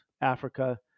Africa